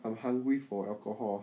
I'm hungry for alcohol